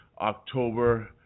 October